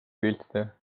piltide